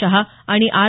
शहा आणि आर